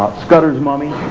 scudder's mummy